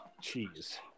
cheese